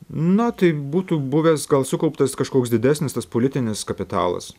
na tai būtų buvęs gal sukauptas kažkoks didesnis tas politinis kapitalas